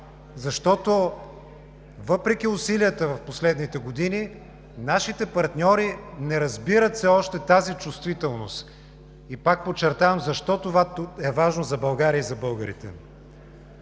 защото въпреки усилията в последните години, нашите партньори не разбират все още тази чувствителност и, пак подчертавам, защо това е важно за България и за българите.